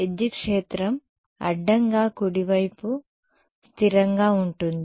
విద్యుత్ క్షేత్రం అడ్డంగా కుడివైపు స్థిరంగా ఉంటుంది